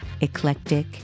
eclectic